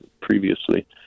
previously